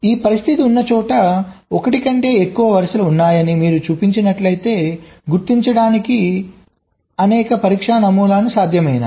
ఈ పరిస్థితి ఉన్న చోట ఒకటి కంటే ఎక్కువ వరుసలు ఉన్నాయని మీరు చూసినట్లయితే గుర్తించడానికి అనేక పరీక్షా నమూనాలు సాధ్యమేనా